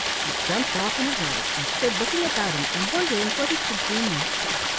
he jumped off in a hurry, and stood looking about him and wondering what he should do next.